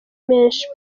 menshi